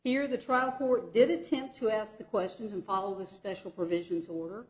here the trial court did attempt to ask the questions and follow the special provisions or de